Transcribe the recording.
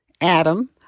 Adam